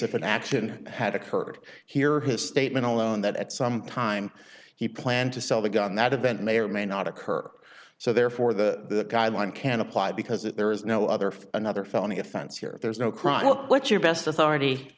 if an action had occurred here his statement alone that at some time he planned to sell the gun that event may or may not occur so therefore the guideline can apply because if there is no other for another felony offense here there's no crime what's your best authority